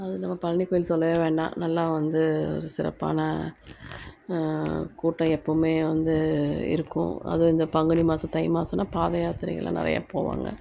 அதுவும் நம்ம பழனி கோயில் சொல்லவே வேண்டாம் நல்லா வந்து ஒரு சிறப்பான கூட்டம் எப்பவுமே வந்து இருக்கும் அதுவும் இந்த பங்குனி மாசம் தை மாசன்னா பாதை யாத்திரைகள்லான் நிறைய போவாங்க